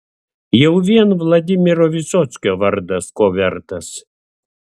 jau vien vladimiro vysockio vardas ko vertas